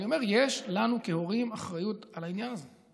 אני אומר שיש לנו כהורים אחריות לעניין הזה.